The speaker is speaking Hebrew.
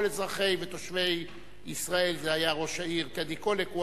אזרחי ותושבי ישראל היה ראש העיר טדי קולק.